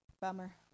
Bummer